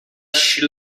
she